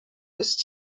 ist